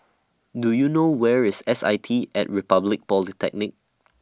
Do YOU know Where IS S I T At Republic Polytechnic